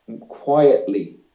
quietly